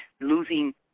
losing